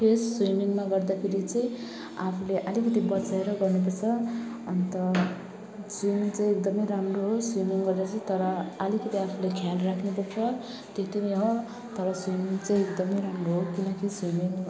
face स्विमिङमा गर्दाखेरि चाहिँ आफूले अलिकति बचाएर गर्नुपर्छ अन्त स्विमिङ चाहिँ एकदमै राम्रो हो स्विमिङ गर्दा चाहिँ तर अलिकति आफूले ख्याल राख्नुपर्छ त्यतिमै हो तर स्विमिङ चाहिँ एकदमै राम्रो हो किनकि स्विमिङ